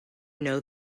know